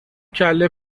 کلهی